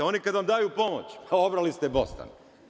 Oni kada vam daju pomoć obrali ste bostan.